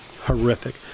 Horrific